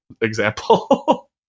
example